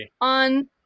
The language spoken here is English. on